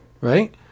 right